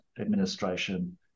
Administration